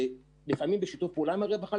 לפעמים בשיתוף פעולה עם הרווחה,